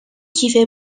کیف